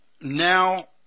now